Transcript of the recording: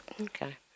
okay